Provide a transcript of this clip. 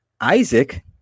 Isaac